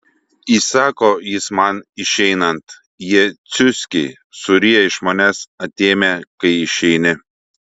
įsako jis man išeinant jie ciuckiai suryja iš manęs atėmę kai išeini